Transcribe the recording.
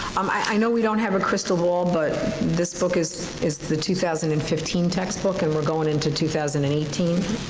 um i know we don't have a crystal ball, but this book is is the two thousand and fifteen textbook and we're going into two thousand and eighteen.